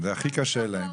כן, זה הכי קשה להם.